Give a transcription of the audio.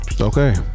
Okay